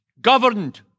governed